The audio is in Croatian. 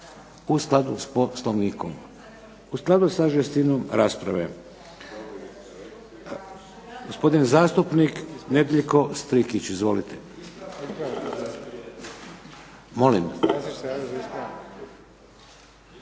u skladu s poslovnikom, u skladu sa žestinom rasprave. Gospodin zastupnik Nedjeljko Strikić, izvolite. …